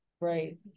Right